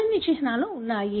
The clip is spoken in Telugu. మరిన్ని చిహ్నాలు ఉన్నాయి